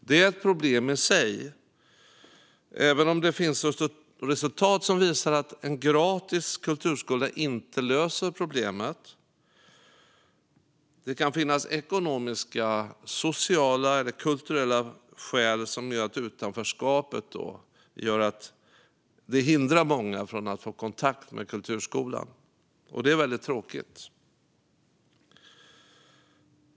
Det är ett problem i sig, även om det finns resultat som visar att gratis kulturskola inte löser problemet. Det kan finnas ekonomiska, sociala eller kulturella skäl där utanförskapet hindrar många att få kontakt med kulturskolan. Det är väldigt tråkigt.